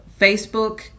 Facebook